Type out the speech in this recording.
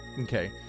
okay